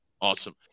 Awesome